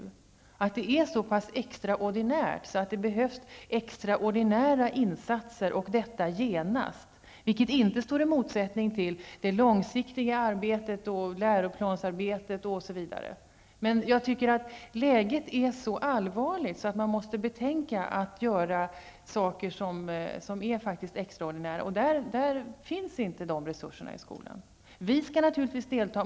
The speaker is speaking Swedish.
Det läget är så pass extraordinärt att det behövs extraordinära insatser och detta genast, vilket inte står i motsättning till det långsiktiga arbetet, läroplansarbetet osv. Läget är så allvarligt att man måste tänka sig att göra saker som är extraordinära. De resurserna finns inte i skolan. Vi skall naturligtvis delta.